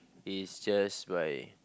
it's just by